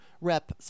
rep